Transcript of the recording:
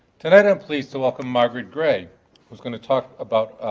today i'm pleased to welcome margaret gray who's going to talk about